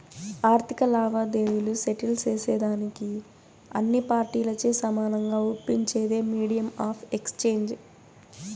ఆర్థిక లావాదేవీలు సెటిల్ సేసేదానికి అన్ని పార్టీలచే సమానంగా ఒప్పించేదే మీడియం ఆఫ్ ఎక్స్చేంజ్